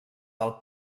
del